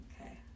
okay